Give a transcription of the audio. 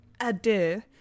adieu